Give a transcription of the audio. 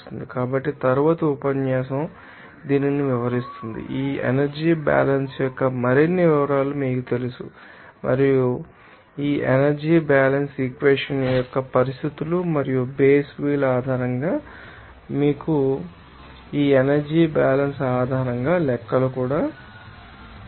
కాబట్టి తరువాతి ఉపన్యాసం దీనిని వివరిస్తుంది ఈ ఎనర్జీ బ్యాలెన్స్ యొక్క మరిన్ని వివరాలు మీకు తెలుసు మరియు ఇతర మీకు తెలుసా ఈ ఎనర్జీ బ్యాలెన్స్ ఈక్వేషన్ యొక్క పరిస్థితులు మరియు బేస్ విల్ ఆధారంగా మీకు తెలుసా కొన్ని చేయండి ఈ ఎనర్జీ బ్యాలెన్స్ ఆధారంగా లెక్కలు మీకు తెలుసు